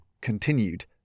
continued